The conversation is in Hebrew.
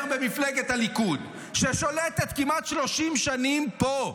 במפלגת הליכוד, ששולטת כמעט 30 שנים פה.